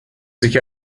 sich